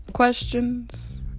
Questions